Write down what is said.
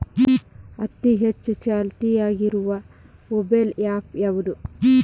ಅತಿ ಹೆಚ್ಚ ಚಾಲ್ತಿಯಾಗ ಇರು ಮೊಬೈಲ್ ಆ್ಯಪ್ ಯಾವುದು?